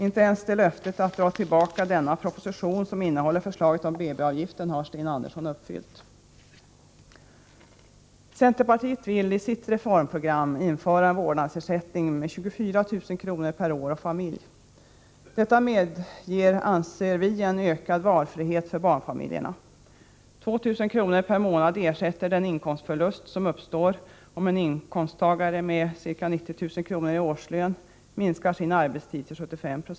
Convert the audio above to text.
Inte ens löftet att dra tillbaka propositionen om BB-avgiften har Sten Andersson uppfyllt. Centerpartiet vill enligt sitt reformprogram införa vårdnadsersättning med 24 000 kr. per år och familj. Detta medger, anser vi, ökad valfrihet för barnfamiljerna. 2 000 kr. per månad ersätter den inkomstförlust som uppstår om en inkomsttagare med ca 90 000 kr. i årslön minskar sin arbetstid till 75 Jo.